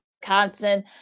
Wisconsin